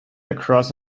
across